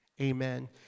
Amen